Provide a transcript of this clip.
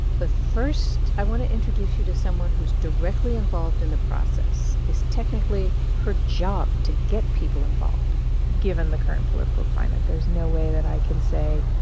but first, i want to introduce you to someone who's directly involved in the process. it's technically her job to get people involved given the current political climate, there's no way that i can say,